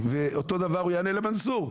אותו דבר הוא יענה למנסור.